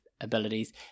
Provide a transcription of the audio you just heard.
abilities